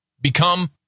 Become